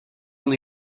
only